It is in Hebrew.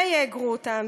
ויאגרו אותן,